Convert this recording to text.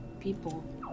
people